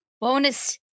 Bonus